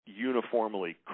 uniformly